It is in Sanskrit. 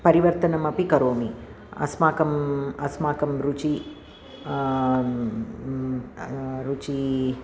परिवर्तनमपि करोमि अस्माकम् अस्माकं रुचिः रुचिः